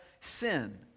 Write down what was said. sin